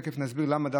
ותכף נסביר למה,